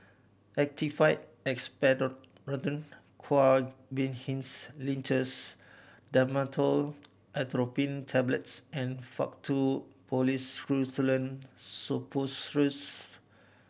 Actified Expectorant Guaiphenesin Linctus Dhamotil Atropine Tablets and Faktu Policresulen Suppositories